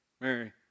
Mary